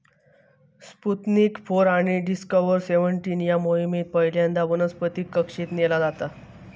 Sputnik four आणि Discover seventeen या मोहिमेत पहिल्यांदा वनस्पतीक कक्षेत नेला जाता